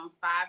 Five